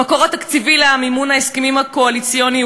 המקור התקציבי למימון ההסכמים הקואליציוניים